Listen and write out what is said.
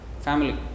family